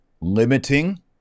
limiting